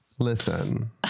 Listen